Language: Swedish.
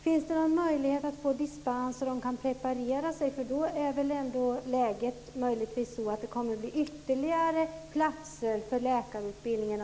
Finns det någon möjlighet för dessa studenter att få dispens så att de kan preparera sig i väntan på att läget ändras och det blir ytterligare platser på läkarutbildningen?